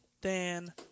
Dan